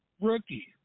rookie